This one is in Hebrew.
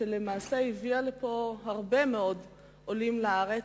שלמעשה הביאה הרבה מאוד עולים לארץ.